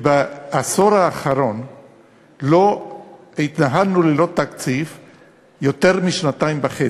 שבעשור האחרון התנהלנו ללא תקציב יותר משנתיים וחצי.